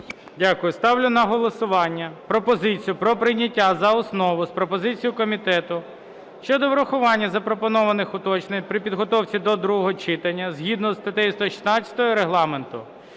Дякую. Ставлю на голосування пропозицію про прийняття за основу з пропозицією комітету щодо врахування запропонованих уточнень при підготовці до другого читання згідно зі статтею 116 Регламенту